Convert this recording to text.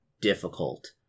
difficult